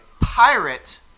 pirate